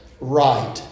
right